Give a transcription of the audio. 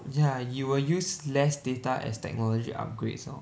ya you will use less data as technology upgrades lor